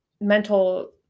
mental